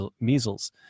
measles